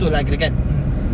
mm